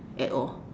at all